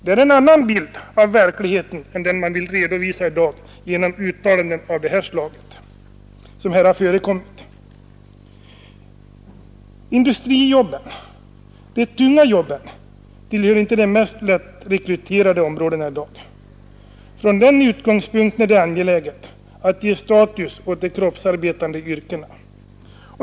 Det är en annan bild av verkligheten som man vill redovisa i dag genom uttalanden av det slag som här har förekommit. Industrijobben, de tunga jobben, tillhör inte de mest lättrekryterade områdena i dag. Från den utgångspunkten är det angeläget att ge status åt de kroppsarbetande yrkena.